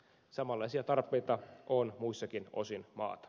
samanlaisia tarpeita on muissakin osin maata